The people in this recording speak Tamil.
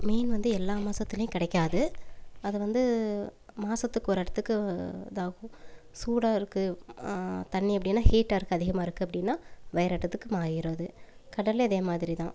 மீன் வந்து எல்லா மாதத்துலியும் கிடைக்காது அது வந்து மாதத்துக்கு ஒரு இடத்துக்கு இதாகும் சூடாக இருக்குது தண்ணி அப்படின்னா ஹீட்டாக இருக்குது அதிகமாக இருக்குது அப்படின்னா வேறு இடத்துக்கு மாறிடும் அது கடலில் இதே மாதிரி தான்